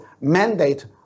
mandate